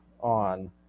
on